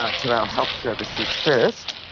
ah to our health services first.